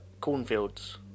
Cornfields